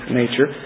nature